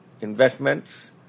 investments